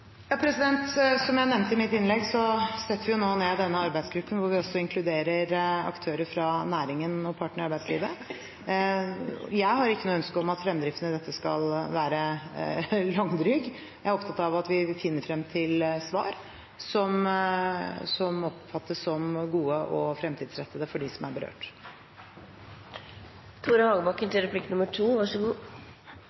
arbeidsgruppen, hvor vi også inkluderer aktører fra næringen og partene i arbeidslivet. Jeg har ikke noe ønske om at fremdriften skal være langdryg. Jeg er opptatt av at vi finner frem til svar som oppfattes som gode og fremtidsrettede for dem som er berørt.